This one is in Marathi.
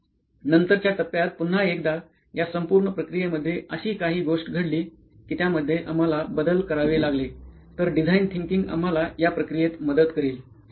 पण नंतरच्या टप्प्यात पुन्हा एकदा या संपूर्ण प्रक्रिये मध्ये अशी काही गोष्ट घडली कि त्यामध्ये आम्हाला बदल करावे लागले तर डिझाईन थिंकींग आम्हाला या प्रक्रियेत मदत करेल